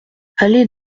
allée